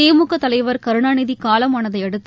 திமுக தலைவர் கருணாநிதி காலமானதை அடுத்து